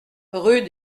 rue